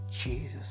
Jesus